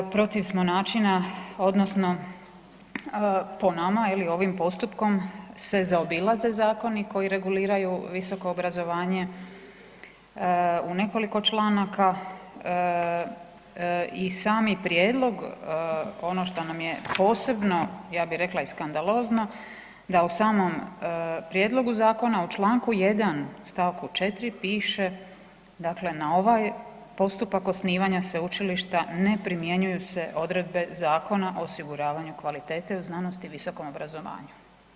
Protiv smo načina odnosno po nama ili ovim postupkom se zaobilaze zakoni koji reguliraju visoko obrazovanje u nekoliko članaka i sami prijedlog, ono što nam je posebno, ja bi rekla i skandalozno, da u samom prijedlogu zakona u čl. 1. stavku 4. piše dakle na ovaj postupak osnivanja sveučilišta ne primjenjuju se odredbe Zakona o osiguravanju kvalitete u znanosti i visokom obrazovanju.